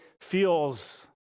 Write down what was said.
feels